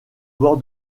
bord